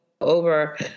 over